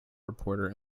reporter